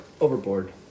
Overboard